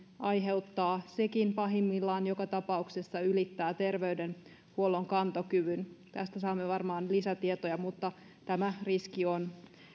aiheuttaa ja sekin pahimmillaan joka tapauksessa ylittää terveydenhuollon kantokyvyn tästä saamme varmaan lisätietoja mutta tämä riski on